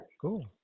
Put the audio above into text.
cool